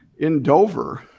in dover,